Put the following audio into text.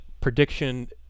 prediction